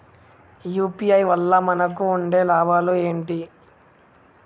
UPI వల్ల మనకు ఉండే లాభాలు ఏంటి?